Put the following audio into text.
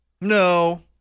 No